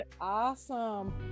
awesome